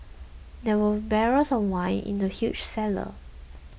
there were barrels of wine in the huge cellar